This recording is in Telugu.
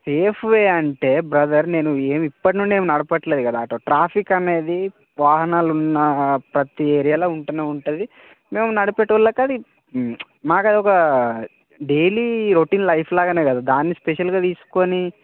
సేఫ్ వే అంటే బ్రదర్ నేను ఏమి ఇప్పటి నుంచి ఏమి నడపట్లేదు కదా ఆటో ట్రాఫిక్ అనేది వాహనాలు ఉన్న ప్రతి ఏరియాలో ఉండే ఉంటుంది మేము నడిపేటి వాళ్ళకు అది మాకు అదొక డైలీ రొటీన్ లైఫ్ లాగనే కదా దాన్ని స్పెషల్గా తీసుకోని